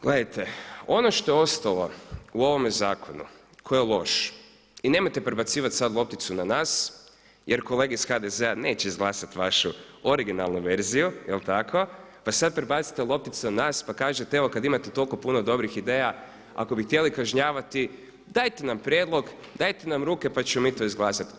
Gledajte, ono što je ostalo u ovome zakonu koji je loš i nemojte prebacivati sad lopticu na nas jer kolege iz HDZ-a neće izglasati vašu originalnu verziju, jel' tako, pa sad prebacujete lopticu na nas pa kažete evo kad imate toliko puno dobrih ideja ako bi htjeli kažnjavati dajte nam prijedlog, dajte nam ruke pa ćemo mi to izglasati.